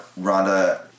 Rhonda